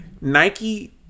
Nike